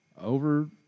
over